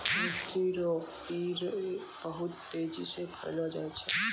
मिट्टी रो कीड़े बहुत तेजी से फैली जाय छै